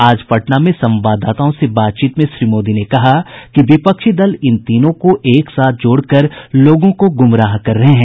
आज पटना में संवाददाताओं से बातचीत में श्री मोदी ने कहा कि विपक्षी दल इन तीनों को एक साथ जोड़कर लोगों को गुमराह कर रहे हैं